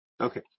Okay